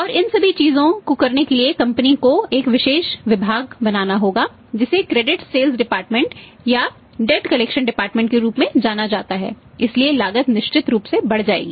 और इन सभी चीजों को करने के लिए कंपनियों को एक विशेष विभाग बनाना होगा जिसे क्रेडिट सेल्स डिपार्टमेंट के रूप में जाना जाता है इसलिए लागत निश्चित रूप से बढ़ जाएगी